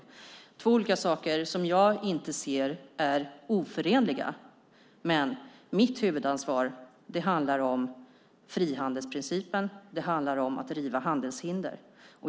Det är två olika saker som jag inte ser är oförenliga, men mitt huvudansvar handlar om frihandelsprincipen och om att riva handelshinder.